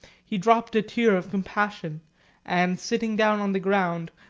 he dropped a tear of compassion and sitting down on the ground,